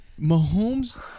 Mahomes